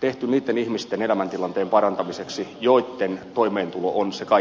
tehty niitten ihmisten elämäntilanteen parantamiseksi joitten toimeentulo on se kaikkein pienin